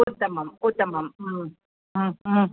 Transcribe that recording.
उत्तमम् उत्तमं